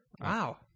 Wow